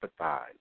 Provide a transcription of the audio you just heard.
empathize